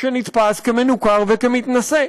שנתפס כמנוכר וכמתנשא,